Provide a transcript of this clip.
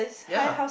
yeah